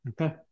Okay